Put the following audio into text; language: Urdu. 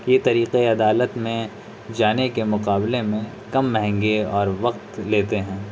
یہ طریقے عدالت میں جانے کے مقابلے میں کم مہنگے اور وقت لیتے ہیں